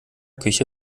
küche